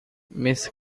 miss